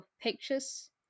pictures